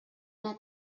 una